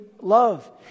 love